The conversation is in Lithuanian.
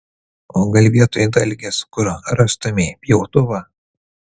o gal vietoj dalgės kur rastumei pjautuvą